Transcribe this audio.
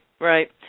Right